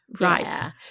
Right